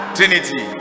Trinity